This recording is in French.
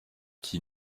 qui